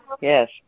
yes